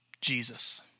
Jesus